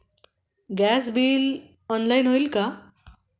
Gas bill online होईल का?